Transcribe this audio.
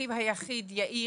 שאחיו היחיד יאיר,